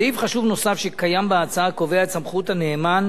סעיף חשוב נוסף שקיים בהצעה קובע את סמכות הנאמן